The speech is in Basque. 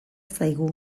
zaigu